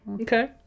Okay